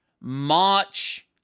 March